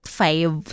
five